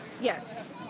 Yes